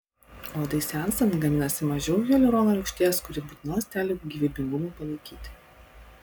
odai senstant gaminasi mažiau hialurono rūgšties kuri būtina ląstelių gyvybingumui palaikyti